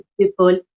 people